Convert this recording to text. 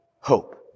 hope